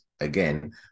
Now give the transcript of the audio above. again